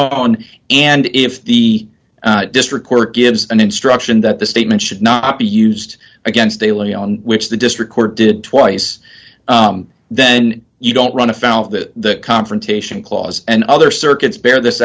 on and if the district court gives an instruction that the statement should not be used against daily on which the district court did twice then you don't run afoul of the confrontation clause and other circuits bear this